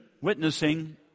witnessing